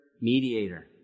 mediator